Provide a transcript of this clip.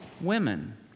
women